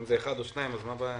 מה הבעיה?